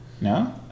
No